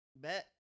Bet